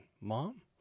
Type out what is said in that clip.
mom